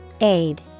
Aid